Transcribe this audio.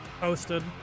posted